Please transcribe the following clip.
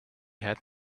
had